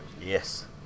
Yes